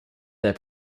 their